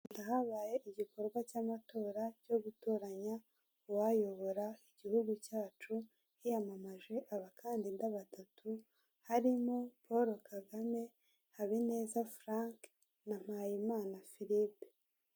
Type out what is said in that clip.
Habaye igikorwa cy'amatora cyo gutoranya uwayobora igihugu cyacu, hiyamamaje abakandida batatu, harimo Paul Kagame, Habineza Frank na Mpayimana Philippe.